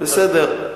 בסדר.